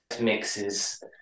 mixes